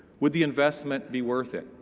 would the investment be worth it.